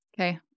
Okay